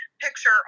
picture